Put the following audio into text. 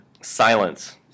Silence